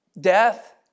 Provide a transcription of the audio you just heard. Death